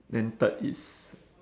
then third is